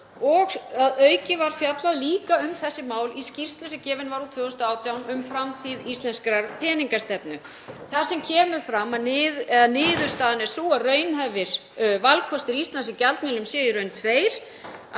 og að auki var fjallað líka um þessi mál í skýrslu sem gefin var út 2018 um framtíð íslenskrar peningastefnu. Þar er niðurstaðan sú að raunhæfir valkostir Íslands í gjaldmiðlum séu í raun tveir;